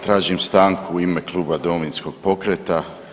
Tražim stanku u ime kluba Domovinskog pokreta.